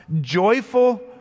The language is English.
Joyful